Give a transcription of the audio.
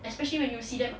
especially when you see them